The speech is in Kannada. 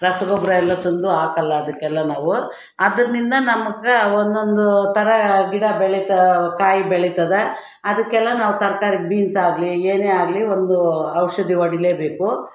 ರಸಗೊಬ್ರ ಎಲ್ಲ ತಂದು ಹಾಕಲ್ಲ ಅದಕ್ಕೆಲ್ಲ ನಾವು ಅದರಿಂದ ನಮಗೆ ಒಂದೊಂದು ಥರ ಗಿಡ ಬೆಳೀತಾ ಕಾಯಿ ಬೆಳೀತದ ಅದಕ್ಕೆಲ್ಲ ನಾವು ತರಕಾರಿ ಬೀನ್ಸ್ ಆಗಲಿ ಏನೇ ಆಗಲಿ ಒಂದು ಔಷಧಿ ಹೊಡಿಲೇಬೇಕು